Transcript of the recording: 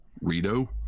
Rito